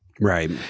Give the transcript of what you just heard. Right